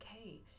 okay